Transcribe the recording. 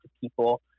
people